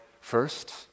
first